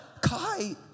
Kai